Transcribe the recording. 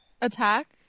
Attack